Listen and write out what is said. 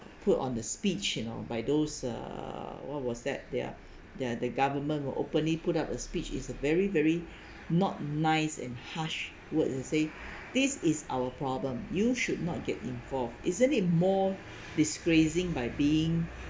put on the speech you know by those uh what was that their their the government were openly put up a speech is a very very not nice and harsh words and say this is our problem you should not get involved isn't it more disgracing by being